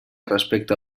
respecte